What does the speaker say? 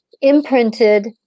imprinted